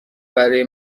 برای